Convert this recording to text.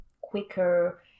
quicker